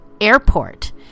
airport